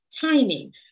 timing